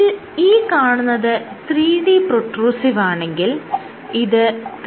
ഇതിൽ ഈ കാണുന്നത് 3D പ്രൊട്രൂസീവ് ആണെങ്കിൽ ഇത് 3D കൺട്രാക്ടയിൽ ആണ്